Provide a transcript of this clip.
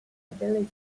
ability